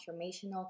transformational